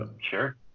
sure